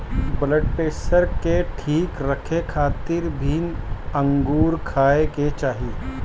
blood pressure के ठीक रखे खातिर भी अंगूर खाए के चाही